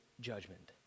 judgment